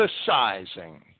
emphasizing